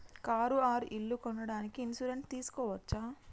Car or ఇల్లు కొనడానికి insurance తీస్కోవచ్చా?